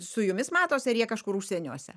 su jumis matosi ar jie kažkur užsieniuose